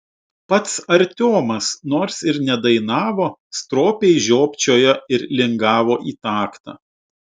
pats artiomas nors ir nedainavo stropiai žiopčiojo ir lingavo į taktą